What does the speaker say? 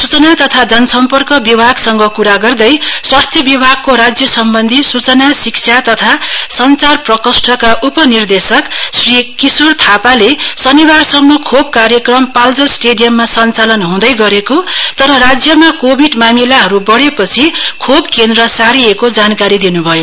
सूचना तथा जनसम्पर्क विभागसँग क्रा गर्दै स्वास्थ्य विभागको राज्यसम्बन्धी सूचना शिक्षा तथा सञ्चार विभागका उपनिर्देशक श्री किशोर थापाले शनिबारसम्म खोप कार्यक्रम पाल्जर स्टेडियममा सञ्चालन हूँदै गरेको तर राज्यमा कोविड मामिलाहरू बढेपछि खोप केन्द्र सारिएको जानकारी दिनुभयो